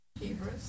Hebrews